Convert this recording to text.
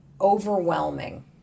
overwhelming